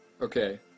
okay